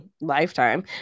Lifetime